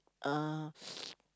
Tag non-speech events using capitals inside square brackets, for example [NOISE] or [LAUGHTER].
uh [NOISE]